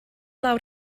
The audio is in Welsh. lawr